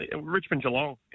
Richmond-Geelong